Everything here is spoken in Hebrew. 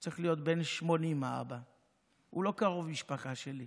האבא צריך להיות בן 80. הוא לא קרוב משפחה שלי.